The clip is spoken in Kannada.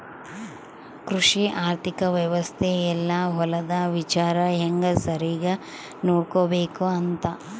ಕೃಷಿ ಆರ್ಥಿಕ ವ್ಯವಸ್ತೆ ಯೆಲ್ಲ ಹೊಲದ ವಿಚಾರ ಹೆಂಗ ಸರಿಗ ನೋಡ್ಕೊಬೇಕ್ ಅಂತ